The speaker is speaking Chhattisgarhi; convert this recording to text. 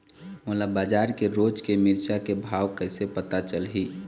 मोला बजार के रोज के मिरचा के भाव कइसे पता चलही?